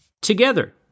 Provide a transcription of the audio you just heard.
together